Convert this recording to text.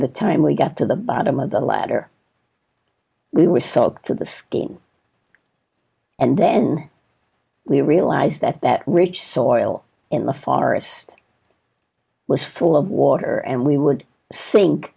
the time we got to the bottom of the ladder we were soaked to the skating and then we realized that that rich soil in the forest was full of water and we would sink